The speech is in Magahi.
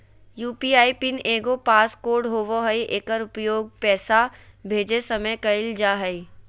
यू.पी.आई पिन एगो पास कोड होबो हइ एकर उपयोग पैसा भेजय समय कइल जा हइ